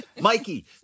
Mikey